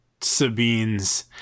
Sabine's